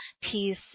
peace